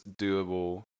doable